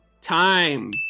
time